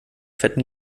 fetten